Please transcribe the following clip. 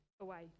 away